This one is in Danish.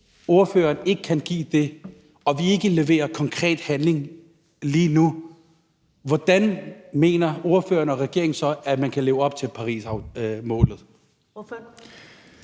ordføreren ikke kan give det og vi ikke leverer konkret handling lige nu, hvordan mener ordføreren og regeringen så at man kan leve op til Parismålet?